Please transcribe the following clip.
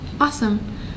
Awesome